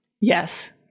Yes